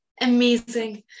Amazing